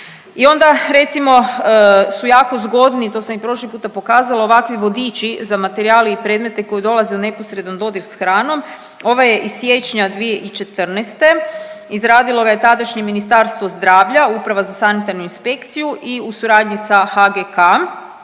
I onda recimo su jako zgodni to sam i prošli puta pokazala ovakvi vodiči za materijale i predmete koji dolaze u neposredan dodir s hranom. Ovaj je iz siječnja 2014., izradilo ga je tadašnje Ministarstvo zdravlja, Uprava za sanitarnu inspekciju i u suradnji sa HGK